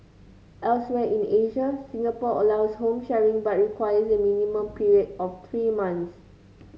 elsewhere in Asia Singapore allows home sharing but requires a minimum period of three months